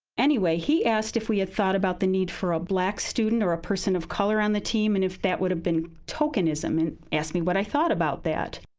anyway, he asked if we had thought about the need for a black student or a person of color on the team and if that would have been tokenism, and asked me what i thought about that.